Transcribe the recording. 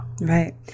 Right